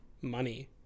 money